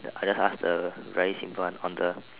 I just ask the very simple one on the